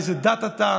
איזו דת אתה,